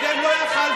אתם לא יכולתם.